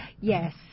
Yes